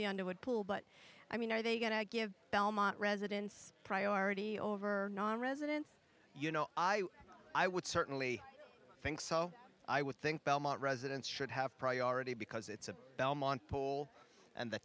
the underwood pool but i mean are they going to give belmont residents priority over nonresident you know i i would certainly think so i would think belmont residents should have priority because it's a belmont poll and the